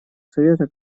совета